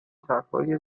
طرحهای